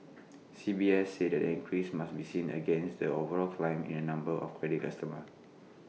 C B S said the increase must be seen against the overall climb in the number of credit customers